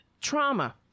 trauma